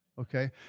Okay